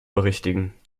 berichtigen